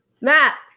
Matt